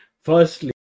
Firstly